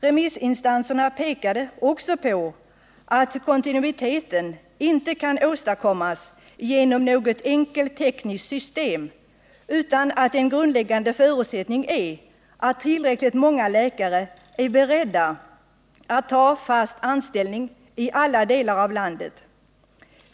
Remissinstanserna pekade också på att kontinuiteten inte kan åstadkommas genom något enkelt tekniskt system utan att en grundläggande förutsättning är att tillräckligt många läkare är beredda att ta fast anställning i alla delar av landet.